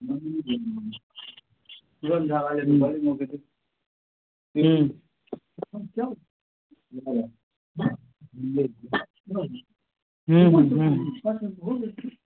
हम्म हम्म